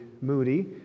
Moody